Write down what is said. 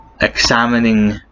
examining